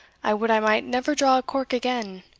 i would i might never draw a cork again,